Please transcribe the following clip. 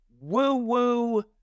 woo-woo